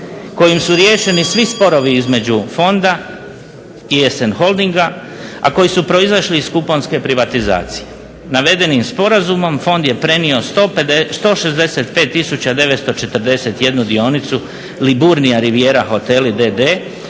kojim su riješeni svi sporovi između fonda i SN holdinga, a koji su proizašli iz kuponske privatizacije. Navedenim sporazumom fond je prenio 165941 dionicu Liburnia riviera hoteli